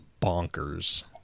bonkers